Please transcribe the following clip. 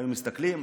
היו מסתכלים,